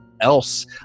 else